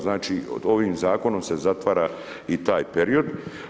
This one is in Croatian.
Znači ovim zakonom se zatvara i taj period.